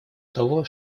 того